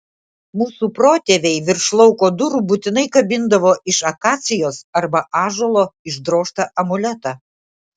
mūsų protėviai virš lauko durų būtinai kabindavo iš akacijos arba ąžuolo išdrožtą amuletą